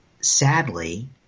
sadly